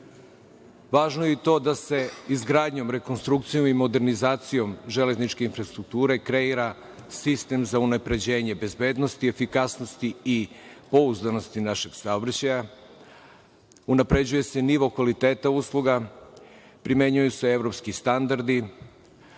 Važno je i to da se izgradnjom, rekonstrukcijom i modernizacijom železničke infrastrukture kreira sistem za unapređenje bezbednosti, efikasnosti i pouzdanosti našeg saobraćaj. Unapređuje se nivo kvaliteta usluga, primenjuju se evropski standardi,